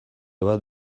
bat